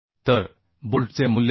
तर बोल्टचे मूल्य 72